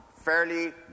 fairly